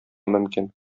мөмкин